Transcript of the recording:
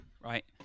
right